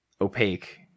opaque